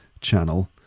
channel